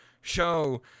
show